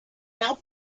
now